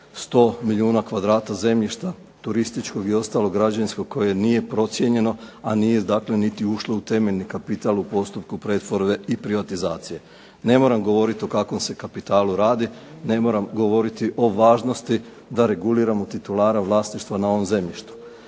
100 milijuna kvadrata zemljišta turističkog i ostalog građevinskog koje nije procijenjeno, a nije dakle niti ušlo u temeljni kapital u postupku pretvorbe i privatizacije. Ne moram govoriti o kakvom se kapitalu radi, ne moram govoriti o važnosti da reguliramo titulara vlasništva na ovom zemljištu.